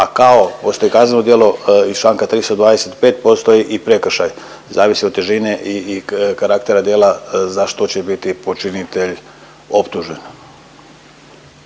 a kao postoji kazneno djelo iz članka 325 postoji i prekršaj, zavisi o težini i karaktera djela za što će biti počinitelj optužen.